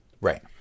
Right